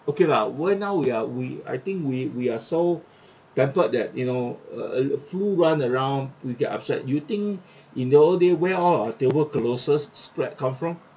okay lah right now we are we I think we we are so pampered that you know uh uh flu run around we get upset you think in the old day where all our tuberculosis spread come from